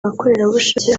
abakorerabushake